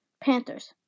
Panthers